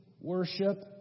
worship